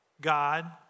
God